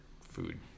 food